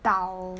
dao